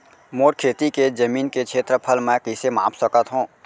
मोर खेती के जमीन के क्षेत्रफल मैं कइसे माप सकत हो?